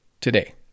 today